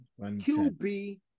QB